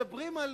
מדברים על